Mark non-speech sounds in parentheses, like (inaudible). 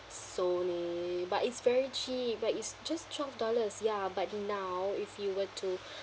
sony but it's very cheap but it's just twelve dollars ya but now if you were to (breath)